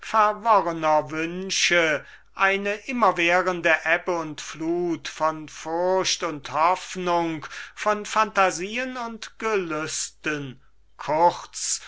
wünsche eine immerwährende ebbe und flut von furcht und hoffnung von phantasien und gelüsten